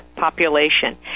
population